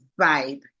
vibe